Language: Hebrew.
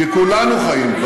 כי כולנו חיים,